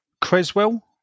Creswell